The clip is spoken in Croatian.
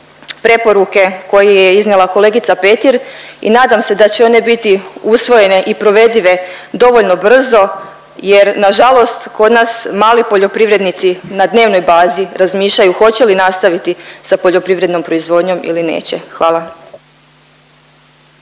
preporuke koje je iznijela kolegica Petir i nadam se da će one biti usvojene i provedive dovoljno brzo jer nažalost kod nas mali poljoprivrednici na dnevnoj bazi razmišljaju hoće li nastaviti sa poljoprivrednom proizvodnjom ili neće. Hvala.